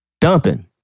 Dumping